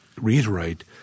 reiterate